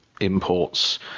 imports